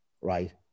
right